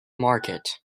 market